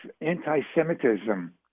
anti-Semitism